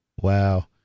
Wow